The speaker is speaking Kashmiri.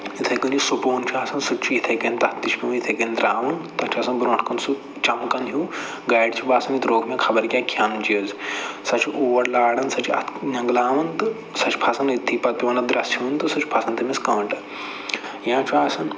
یِتھٕے کٔنۍ چھُ سکوٗن چھُ آسان سُہ تہِ چھُ یِتھٕے کٔنۍ تَتھ تہِ چھُ پٮ۪وان یِتھٕے کٔنۍ ترٛاوُن تَتھ چھُ آسان برٛونٛٹھ کُن سُہ چَمکان ہیٛوٗ گاڈِ چھُ باسان یہِ ترٛووُکھ مےٚ خبر کیٛاہ کھٮ۪نہٕ چیٖز سۄ چھِ اور لاران سۄ چھِ اَتھ نٮ۪نٛگلاوَن تہٕ سۄ چھِ پھسان أتھۍتھٕے پتہٕ کٲنٹہٕ درٛسہٕ ہٮ۪وان سُہ چھُ پھسان تٔمِس کٲنٛٹہٕ یا چھُ آسان